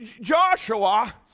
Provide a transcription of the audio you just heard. Joshua